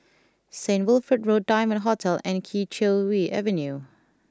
Saint Wilfred Road Diamond Hotel and Kee Choe Avenue